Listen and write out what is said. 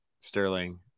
Sterling